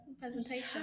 presentation